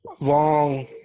long